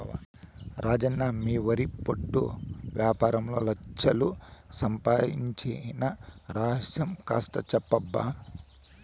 రాజన్న మీ వరి పొట్టు యాపారంలో లచ్ఛలు సంపాయించిన రహస్యం కాస్త చెప్పబ్బా